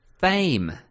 Fame